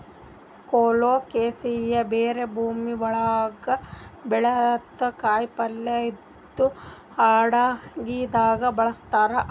colocasia ಬೇರ್ ಭೂಮಿ ಒಳಗ್ ಬೆಳ್ಯಂಥ ಕಾಯಿಪಲ್ಯ ಇದು ಅಡಗಿದಾಗ್ ಬಳಸ್ತಾರ್